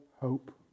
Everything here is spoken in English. hope